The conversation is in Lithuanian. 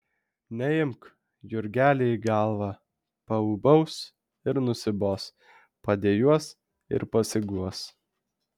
neimk jurgeli į galvą paūbaus ir nusibos padejuos ir pasiguos